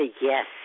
Yes